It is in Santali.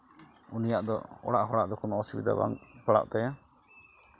ᱩᱱᱤᱭᱟᱜ ᱫᱚ ᱚᱲᱟᱜ ᱦᱚᱲᱟᱜ ᱫᱚ ᱠᱳᱱᱳ ᱚᱥᱩᱵᱤᱫᱷᱟ ᱵᱟᱝ ᱯᱟᱲᱟᱜ ᱛᱟᱭᱟ